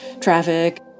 traffic